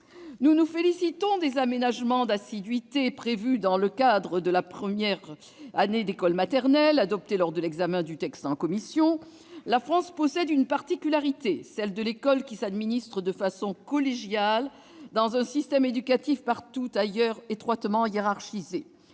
Nous nous félicitons des aménagements d'assiduité prévus dans le cadre de la première année d'école maternelle, adoptés lors de l'examen du texte en commission. La France présente une particularité : celle d'une école qui s'administre de façon collégiale, quand le système éducatif est, partout ailleurs, étroitement hiérarchisé.